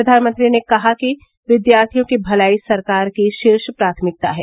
प्रधानमंत्री ने कहा कि विद्यार्थियों की भलाई सरकार की शीर्ष प्राथमिकता है